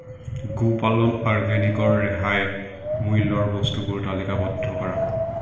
গোপালন অৰ্গেনিকৰ ৰেহাই মূল্যৰ বস্তুবোৰ তালিকাবদ্ধ কৰা